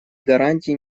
гарантии